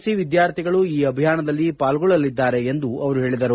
C ವಿಧ್ಗಾರ್ಥಿಗಳು ಈ ಅಭಿಯಾನದಲ್ಲಿ ಪಾಲ್ಗೊಳ್ಳಲಿದ್ದಾರೆ ಎಂದು ಅವರು ಹೇಳಿದರು